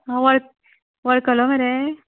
हां वळ वळकलो मरे